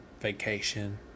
vacation